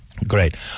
Great